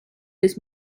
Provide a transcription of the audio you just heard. his